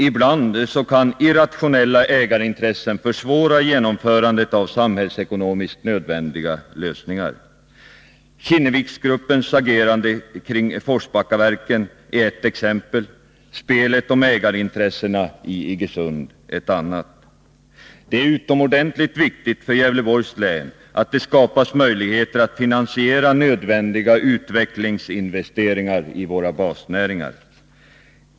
Ibland kan irrationella ägarintressen försvåra genomförandet av samhällsekonomiskt nödvändiga lösningar. Kinneviksgruppens agerande kring Forsbackaverken är ett exempel, spelet om ägarintressena i Iggesund ett annat. Det är utomordentligt viktigt för Gävleborgs län att det skapas möjligheter att finansiera nödvändiga utvecklingsinvesteringar i våra basnäringar.